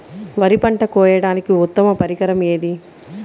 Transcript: వరి పంట కోయడానికి ఉత్తమ పరికరం ఏది?